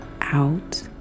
Out